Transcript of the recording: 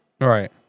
Right